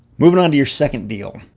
moving on to your second deal.